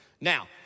Now